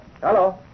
Hello